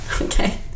Okay